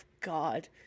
god